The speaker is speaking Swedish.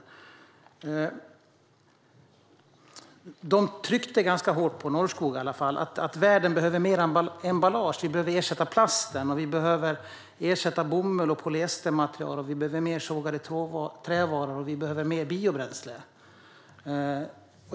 På Norrskog tryckte man ganska hårt på att världen behöver mer emballage, att vi behöver ersätta plast, bomull och polyestermaterial och att vi behöver mer sågade trävaror och mer biobränsle.